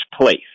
place